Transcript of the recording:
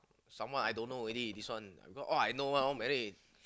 some more I don't know already this one because all I know one all married